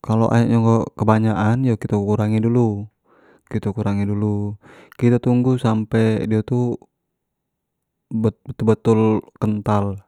kalo aek nyo ke banyak an yo kito kurangi dulu, kito tunggu sampe dio tu betul betul kental.